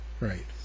Right